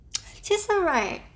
其实 right